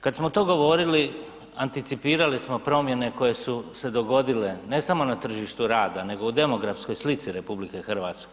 Kad smo to govorili, anticipirali smo promjene koje su se dogodile, ne samo na tržištu rada nego i u demografskoj slici RH.